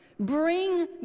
Bring